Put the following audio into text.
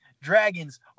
dragons